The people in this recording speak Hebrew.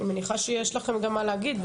אני מניחה שיש לכם מה להגיד.